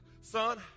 son